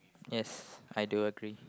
yes I do agree